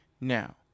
Now